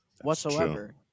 whatsoever